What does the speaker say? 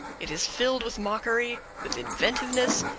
it is filled with mockery, with inventiveness,